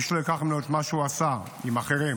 איש לא ייקח ממנו את מה שהוא עשה עם אחרים,